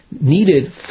needed